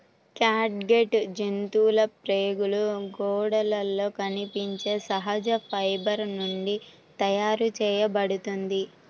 catgut జంతువుల ప్రేగుల గోడలలో కనిపించే సహజ ఫైబర్ నుండి తయారు చేయబడుతుంది